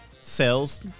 sales